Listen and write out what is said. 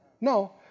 No